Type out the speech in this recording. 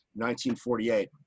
1948